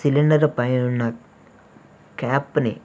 cylinder పైనున్న క్యాప్ని